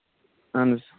اَہَن حظ